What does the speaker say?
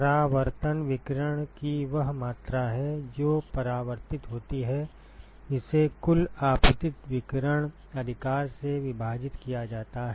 परावर्तन विकिरण की वह मात्रा है जो परावर्तित होती है जिसे कुल आपतित विकिरण अधिकार से विभाजित किया जाता है